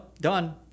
done